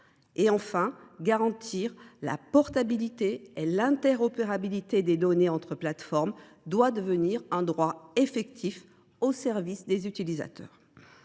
devons garantir la portabilité et l’interopérabilité des données entre plateformes. Il doit s’agir d’un droit effectif, au service des utilisateurs.